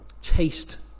taste